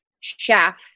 chef